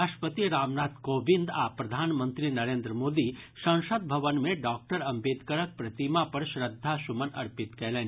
राष्ट्रपति रामनाथ कोविंद आ प्रधानमंत्री नरेन्द मोदी संसद भवन मे डॉक्टर अम्बेदकरक प्रतिमा पर श्रद्धा सुमन अर्पित कयलनि